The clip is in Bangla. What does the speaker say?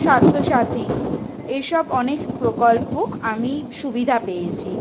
স্বাস্থ্য সাথী এইসব অনেক প্রকল্প আমি সুবিধা পেয়েছি